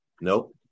Nope